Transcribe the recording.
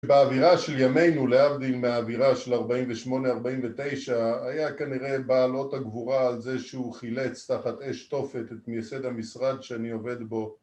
באווירה של ימינו, להבדיל מהאווירה של 48-49, היה כנראה בעל אות הגבורה על זה שהוא חילץ תחת אש תופת את מייסד המשרד שאני עובד בו